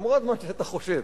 למרות מה שאתה חושב,